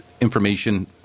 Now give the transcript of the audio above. information